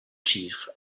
chief